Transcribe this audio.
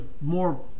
more